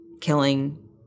killing